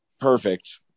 Perfect